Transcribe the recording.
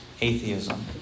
atheism